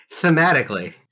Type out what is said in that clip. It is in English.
thematically